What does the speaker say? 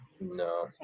No